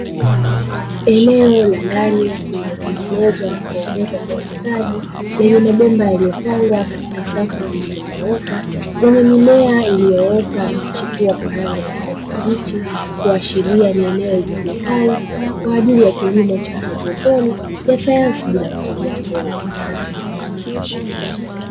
Eneo la ndani lililotengenezwa na kuezekwa kwa ustadi lenye mabomba yaliyopangwa katika safu zilizonyooka, zenye mimea iliyoota na kuchepua kwa rangi ya kijani kibichi, ikiashiria kuwa ni eneo litumikalo kwa ajili ya kilimo cha haidroponi ya sayansi bila kutumia udongo.